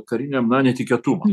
kariniam na netikėtumam